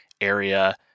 area